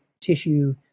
tissue